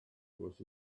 was